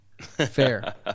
Fair